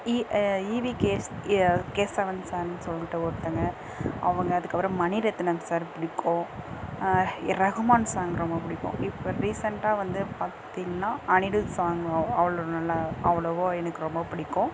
இ இவி கேஸ் எ கேசவன் சாமின் சொல்லிட்டு ஒருத்தவங்க அவங்க அதுக்கப்புறம் மணிரத்னம் சார் பிடிக்கும் ரகுமான் சாங் ரொம்ப பிடிக்கும் இப்போ ரீசென்ட்டாக வந்து பார்த்தீங்கனா அனிருத் சாங் அவ்வளோ நல்ல அவ்வளோவா எனக்கு ரொம்ப பிடிக்கும்